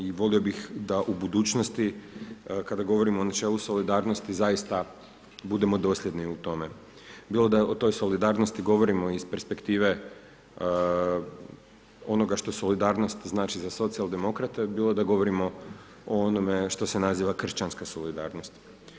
I volio bih da u budućnosti, kada govorimo o načelu solidarnosti, zaista budemo dosljedni u tome, bilo da o toj solidarnosti govorimo iz perspektive onoga što solidarnost znači za socijaldemokrate, bilo da govorimo o onome što nazivamo kršćanska solidarnost.